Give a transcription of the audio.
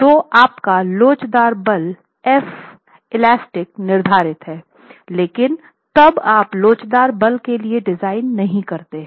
तो आपका लोचदार बल F इलास्टिक निर्धारित हैं लेकिन तब आप लोचदार बल के लिए डिजाइन नहीं करते हैं